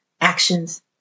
actions